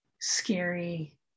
scary